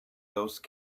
those